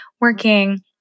working